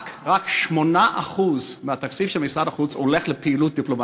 רק 8% מהתקציב של משרד החוץ הולך לפעילות דיפלומטית.